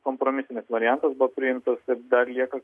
kompromisinis variantas buvo priimtos ir dar lieka